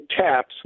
taps